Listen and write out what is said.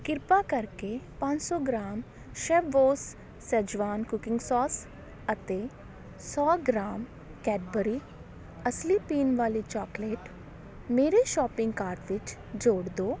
ਕਿਰਪਾ ਕਰਕੇ ਪੰਜ ਸੌ ਗਰਾਮ ਸ਼ਬੋਸ ਸੱਜਵਾਨ ਕੁਕਿੰਗ ਸੋਸ ਅਤੇ ਸੌ ਗਰਾਮ ਕੈਡਬਰੀ ਅਸਲੀ ਪੀਣ ਵਾਲੀ ਚੋਕਲੇਟ ਮੇਰੇ ਸ਼ੋਪਿੰਗ ਕਾਰਟ ਵਿੱਚ ਜੋੜ ਦਿਉ